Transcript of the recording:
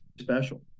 special